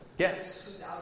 Yes